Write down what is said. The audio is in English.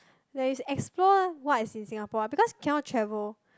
where is explore what is in Singapore because cannot travel